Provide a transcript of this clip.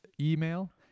email